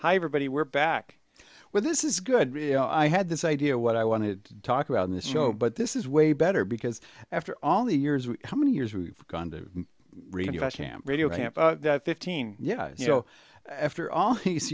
hi everybody we're back well this is good i had this idea what i wanted to talk about on this show but this is way better because after all the years how many years we've gone to reinvent ham radio fifteen yeah you know after all these